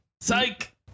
Psych